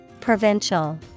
provincial